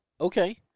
Okay